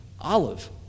olive